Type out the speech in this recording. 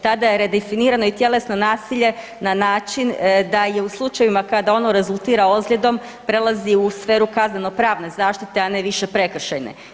Tada je redefinirano i tjelesno nasilje na način da je u slučajevima kada ono rezultira ozljedom prelazi u sferu kazneno pravne zaštite, a ne više prekršajne.